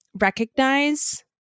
recognize